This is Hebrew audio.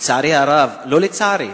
לצערי הרב, לא לצערי,